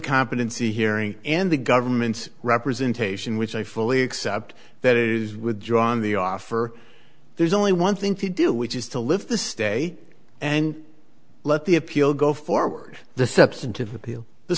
competency hearing in the government's representation which i fully accept that is withdrawn the offer there's only one thing to do which is to lift the stay and let the appeal go forward the